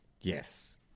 Yes